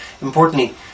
importantly